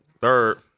third